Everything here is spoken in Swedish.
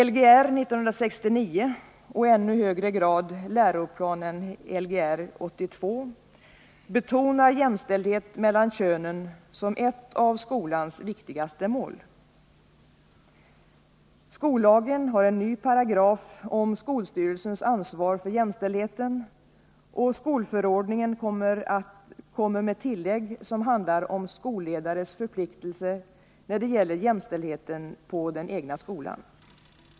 Lgr 69 och i ännu högre grad läroplanen Lgr 82 betonar jämställdhet mellan könen som ett av skolans viktigaste mål. Skollagen har en ny paragraf om skolstyrelsens ansvar för jämställdheten, och skolförordningen kommer med tillägg som handlar om skolledarens förpliktelser när det gäller jämställdheten på den egna skolan.